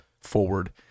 forward